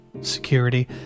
security